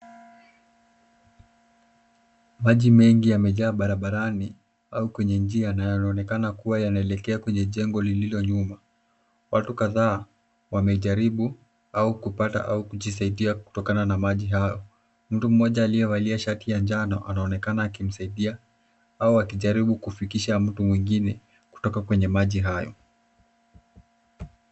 Maji mengi yamejaa barabarani au kwenye njia na yanaonekana kuwa yanaelekea kwenye jengo lililo nyuma. Watu kadhaa wamejaribu au kupata au kujisaidia kutokana na maji hayo. Mtu mmoja aliyevalia shati ya njano anaonekana akimsaidia au akijaribu kufikisha mtu mwingine kutoka kwenye maji hayo.